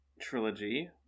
trilogy